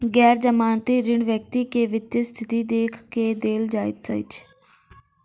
गैर जमानती ऋण व्यक्ति के वित्तीय स्थिति देख के देल जाइत अछि